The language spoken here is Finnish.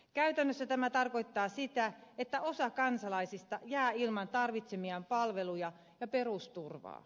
käytännössä tämä tarkoittaa sitä että osa kansalaisista jää ilman tarvitsemiaan palveluja ja perusturvaa